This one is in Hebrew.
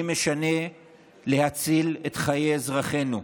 לי משנה להציל את חיי אזרחינו,